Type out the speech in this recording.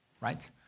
right